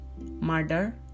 murder